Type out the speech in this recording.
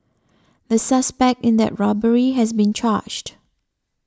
the suspect in that robbery has been charged